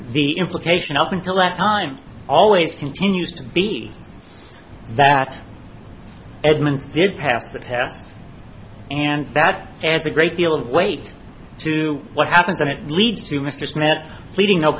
the implication up until that time always continues to be that edmonds did pass the test and that adds a great deal of weight to what happens and it leads to mr smith pleading no